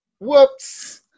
Whoops